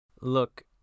Look